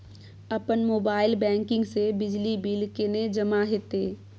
अपन mobile banking से बिजली बिल केने जमा हेते?